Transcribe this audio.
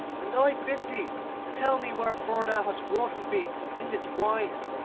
and i bid thee tell me wherefore thou hast wrought with me in this wise